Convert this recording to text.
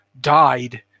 died